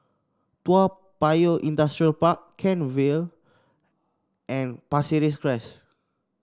Toa Payoh Industrial Park Kent Vale and Pasir Ris Crest